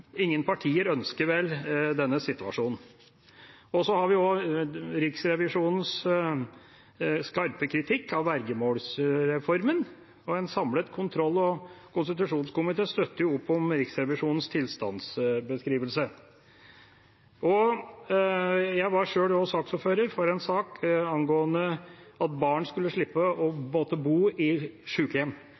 Ingen partier ønsker vel denne situasjonen. Vi har også Riksrevisjonens skarpe kritikk av vergemålsreformen. En samlet kontroll- og konstitusjonskomité støtter opp om Riksrevisjonens tilstandsbeskrivelse. Jeg var sjøl også saksordfører for en sak angående at barn skulle slippe å måtte bo